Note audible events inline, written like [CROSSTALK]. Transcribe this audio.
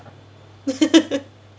[LAUGHS]